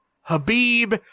Habib